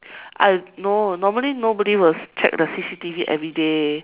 I no normally nobody will check the C_C_T_V everyday